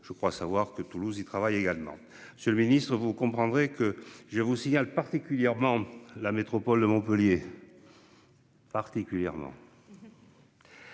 je crois savoir que Toulouse il travaille également sur le Ministre vous comprendrez que je vous signale particulièrement la métropole de Montpellier.-- Particulièrement.--